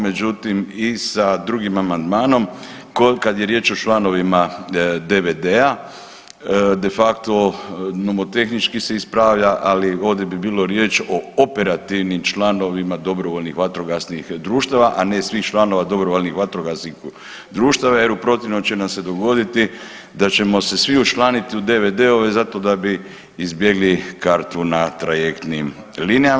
Međutim i sa drugim amandmanom kad je riječ o članovima DVD-a de facto nomotehnički se ispravlja ali ovdje bi bilo riječ o operativnim članovima dobrovoljnih vatrogasnih društava, a ne svih članova dobrovoljnih vatrogasnih društava jer u protivnom će nam se dogoditi da ćemo se svi učlaniti u DVD-ove zato da bi izbjegli kartu na trajektnim linijama.